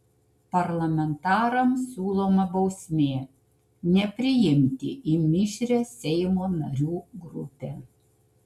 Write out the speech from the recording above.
parlamentarams siūloma bausmė nepriimti į mišrią seimo narių grupę